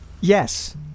yes